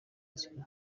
nzira